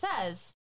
says